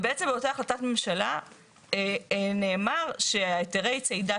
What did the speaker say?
ובעצם באותה החלטת ממשלה נאמר שהיתרי הצידה